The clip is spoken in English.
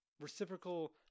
reciprocal